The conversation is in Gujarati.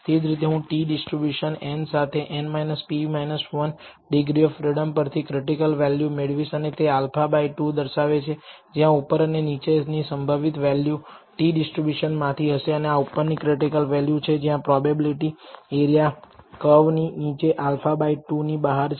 તે જ રીતે હું t ડીસ્ટ્રીબ્યુશન n સાથે n p 1 degree of freedom પરથી ક્રિટીકલ વેલ્યુ મેળવીશ અને તે α બાય 2 દર્શાવે છે જ્યાં ઉપર અને નીચેની સંભવિત વેલ્યુ t ડીસ્ટ્રીબ્યુશન માંથી હશે અને આ ઉપરની ક્રિટીકલ વેલ્યુ છે જ્યાં પ્રોબાબીલીટી એરીયા કર્વની નીચે α બાય 2 ની બહાર છે